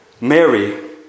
Mary